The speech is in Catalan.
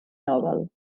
nobel